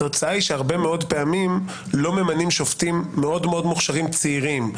התוצאה היא שהרבה מאוד פעמים לא ממנים שופטים מאוד מאוד מוכשרים צעירים,